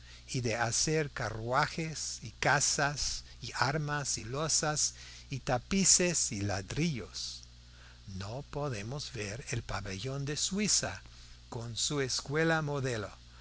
y de hacer carruajes y casas y armas y lozas y tapices y ladrillos no podemos ver el pabellón de suiza con su escuela modelo